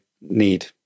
need